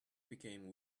became